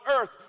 earth